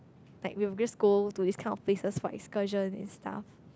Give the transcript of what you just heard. like we'll just go to these kind of places for excursions and stuff